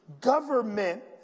government